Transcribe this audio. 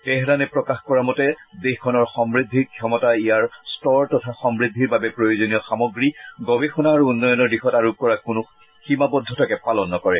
তেহৰানে প্ৰকাশ কৰা মতে দেশখনৰ সমৃদ্ধিৰ ক্ষমতা ইয়াৰ স্তৰ তথা সমৃদ্ধিৰ বাবে প্ৰয়োজনীয় সামগ্ৰী গৱেষণা আৰু উন্নয়নৰ দিশত আৰোপ কৰা কোনো সীমাবদ্ধতাকে পালন নকৰে